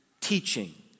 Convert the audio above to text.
teaching